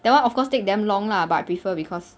that one of course take damn long lah but I prefer because